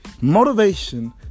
motivation